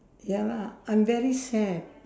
ya lah I'm very sad